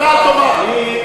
לא נכון, אדוני.